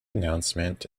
announcement